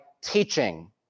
teaching